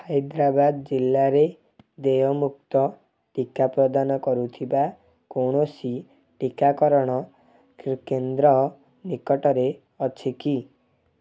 ହାଇଦ୍ରାବାଦ ଜିଲ୍ଲାରେ ଦେୟମୁକ୍ତ ଟିକା ପ୍ରଦାନ କରୁଥିବା କୌଣସି ଟିକାକରଣ କେନ୍ଦ୍ର ନିକଟରେ ଅଛି କି